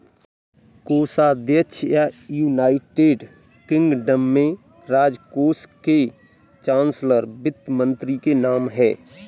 कोषाध्यक्ष या, United Kingdom में, राजकोष के चांसलर वित्त मंत्री के नाम है